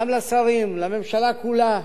גם לשרים, לממשלה כולה,